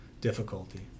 difficulty